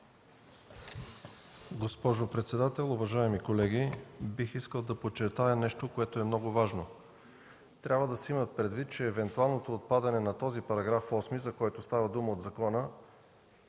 Госпожо председател, уважаеми колеги! Бих искал да подчертая нещо, което е много важно. Трябва да се има предвид, че евентуалното отпадане на § 8 от закона, за който става дума,